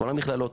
כל המכללות,